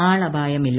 ആളപായമില്ല